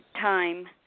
time